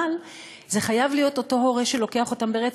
אבל זה חייב להיות אותו הורה שלוקח אותם ברצף,